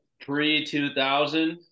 pre-2000